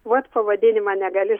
vat pavadinimą negaliu